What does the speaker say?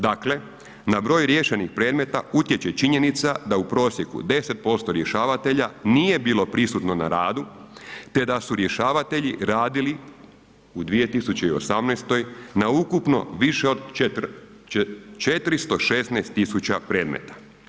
Dakle, na broj riješenih predmeta utječe činjenica da u prosjeku 10% rješavatelja nije bi prisutno na radu, te da su rješavatelji radili u 2018. na ukupno više od 416.000 predmeta.